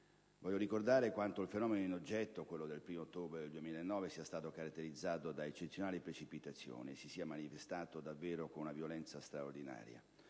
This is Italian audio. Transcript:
Voglio ricordare quanto il fenomeno in oggetto - quello del 1° ottobre del 2009 - sia stato caratterizzato da eccezionali precipitazioni e si sia manifestato davvero con una violenza straordinaria,